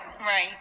right